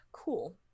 Cool